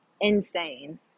insane